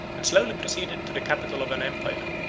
and slowly proceeded to the capital of an empire,